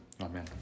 Amen